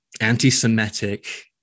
anti-Semitic